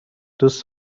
دوست